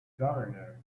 governor